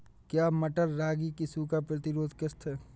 क्या मटर रागी की सूखा प्रतिरोध किश्त है?